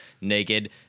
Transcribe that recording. Naked